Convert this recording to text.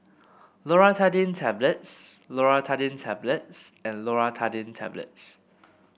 Loratadine Tablets Loratadine Tablets and Loratadine Tablets